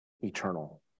eternal